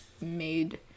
made